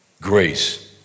grace